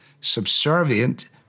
subservient